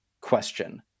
question